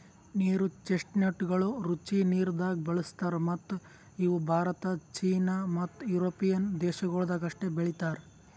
ನೀರು ಚೆಸ್ಟ್ನಟಗೊಳ್ ರುಚಿ ನೀರದಾಗ್ ಬೆಳುಸ್ತಾರ್ ಮತ್ತ ಇವು ಭಾರತ, ಚೀನಾ ಮತ್ತ್ ಯುರೋಪಿಯನ್ ದೇಶಗೊಳ್ದಾಗ್ ಅಷ್ಟೆ ಬೆಳೀತಾರ್